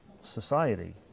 society